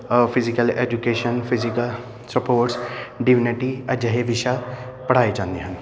physical education physical sports ਡਿਵਨਟੀ ਅਜਿਹੇ ਵਿਸ਼ਾ ਪੜ੍ਹਾਏ ਜਾਂਦੇ ਹਨ